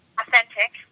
authentic